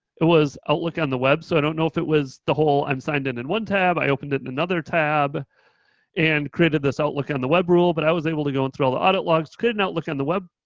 it was outlook on the web. so i don't know if it was the whole, i'm signed in, in one tab, i opened it in another tab and created this outlook on the web rule but i was able to go in through all the audit logs to create an outlook on the web